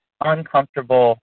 uncomfortable